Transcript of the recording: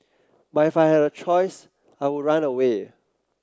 but if I had a choice I would run away